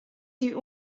die